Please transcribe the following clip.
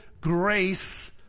grace